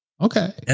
Okay